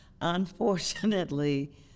Unfortunately